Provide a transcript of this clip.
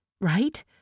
right